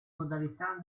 modalità